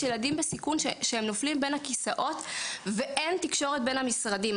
יש ילדים בסיכון שנופלים בין הכיסאות ואין תקשורת בין המשרדים.